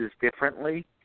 differently